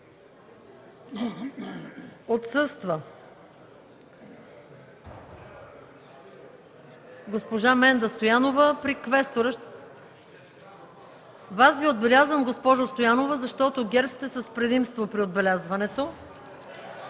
отсъства Госпожа Менда Стоянова – Вас Ви отбелязвам, госпожо Стоянова, защото от ГЕРБ сте с предимство при отбелязването.